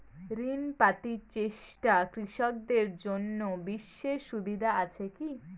ঋণ পাতি চেষ্টা কৃষকদের জন্য বিশেষ সুবিধা আছি কি?